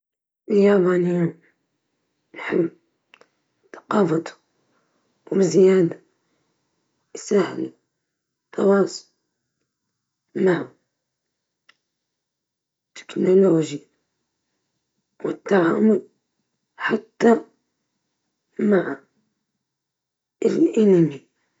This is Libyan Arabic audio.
نختار اللغة الصينية، لأنها لغة المستقبل والتجارة العالمية، وبتفتح أبواب جديدة للتواصل والشغل.